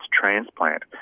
transplant